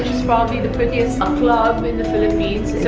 it's probably the prettiest um club in the philippines it's a